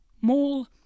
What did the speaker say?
Mall